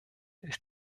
ist